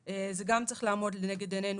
אז זה גם צריך לעמוד לנגד עינינו